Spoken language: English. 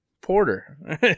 Porter